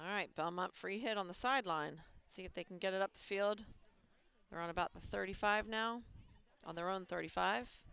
all right belmont free hit on the sideline see if they can get it up field around about thirty five now on their own thirty five